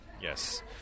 Yes